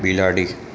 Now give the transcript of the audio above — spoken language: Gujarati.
બિલાડી